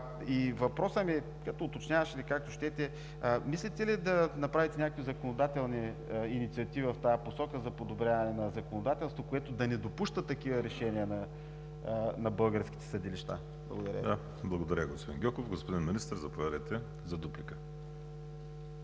Въпросът ми – уточняващ, или както щете, е: мислите ли да направите някакви законодателна инициатива в тази посока за подобряване на законодателство, което да не допуска такива решения на българските съдилища? Благодаря Ви. ПРЕДСЕДАТЕЛ ВАЛЕРИ СИМЕОНОВ: Благодаря, господин Гьоков. Господин Министър, заповядайте за дуплика.